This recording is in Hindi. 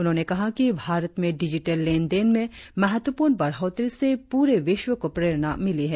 उन्होंने कहा कि भारत में डिजीटल लेनदेन में महत्वपूर्ण बढ़ोतरी से पूरे विश्व को प्रेरणा मिली है